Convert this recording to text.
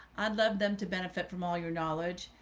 i'd love them to benefit from all your knowledge.